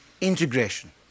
integration